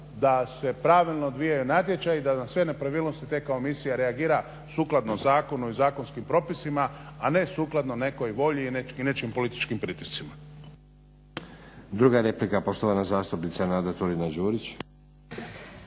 da se pravilno odvijaju natječaji, da na sve nepravilnosti te … reagira sukladno zakonu i zakonskim propisima, a ne sukladno nekoj volji i nečijim političkim pritiscima.